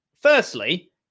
firstly